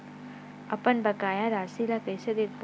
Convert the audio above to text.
अपन बकाया राशि ला कइसे देखबो?